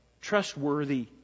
Trustworthy